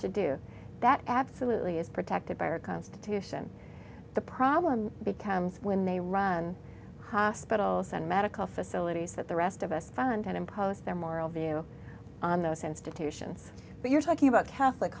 should do that absolutely is protected by our constitution the problem becomes when they run hospitals and medical facilities that the rest of us fund and impose their moral view on those institutions but you're talking about catholic